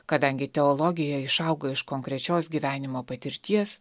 kadangi teologija išauga iš konkrečios gyvenimo patirties